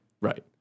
Right